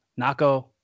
Nako